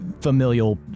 familial